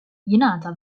jingħata